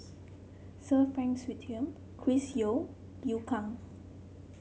Sir Frank Swettenham Chris Yeo Liu Kang